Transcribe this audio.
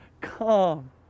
Come